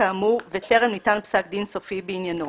כאמור וטרם ניתן פסק דין סופי בעניינו,